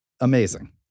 amazing